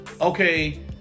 okay